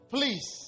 Please